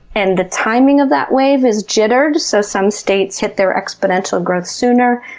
and the timing of that wave is jittered. so some states hit their exponential growth sooner.